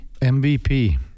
MVP